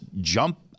jump